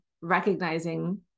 recognizing